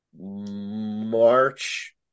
March